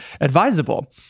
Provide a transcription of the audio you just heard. advisable